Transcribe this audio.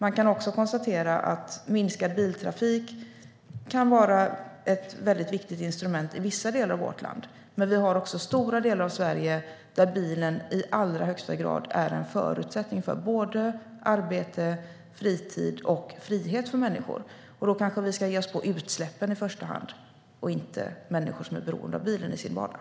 Man kan även konstatera att minskad biltrafik kan vara ett viktigt instrument i vissa delar av vårt land. Men vi har också stora delar av Sverige där bilen i allra högsta grad är en förutsättning för såväl arbete som fritid och frihet för människor. Då kanske vi i första hand ska ge oss på utsläppen, inte människor som är beroende av bilen i sin vardag.